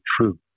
truth